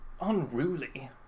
unruly